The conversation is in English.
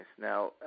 Now